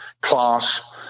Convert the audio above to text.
class